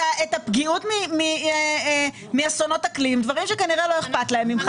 את הפגיעה מאסונות אקלים דברים שכנראה לא אכפת לך מהם,